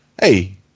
hey